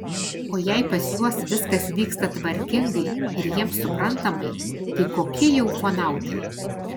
o jei pas juos viskas vyksta tvarkingai ir jiems suprantamai tai kokie jie ufonautai